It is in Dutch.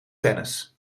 tennis